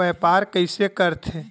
व्यापार कइसे करथे?